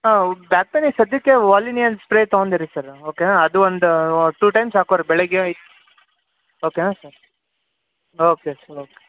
ಹಾಂ ಬ್ಯಾಕ್ ಪೈನೇ ಸದ್ಯಕೆ ವಾಲಿನಿ ಆ್ಯಂಡ್ ಸ್ಪ್ರೇ ತಂಗೊಂಡಿರೀ ಸರ್ ಓಕೆ ನಾ ಅದು ಒಂದು ಟೂ ಟೈಮ್ಸ್ ಹಾಕೋರೀ ಬೆಳಗ್ಗೆ ಓಕೆ ನಾ ಸರ್ ಓಕೆ ಸರ್ ಓಕೆ